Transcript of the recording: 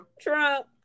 Trump